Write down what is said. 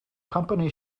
company